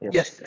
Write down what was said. Yes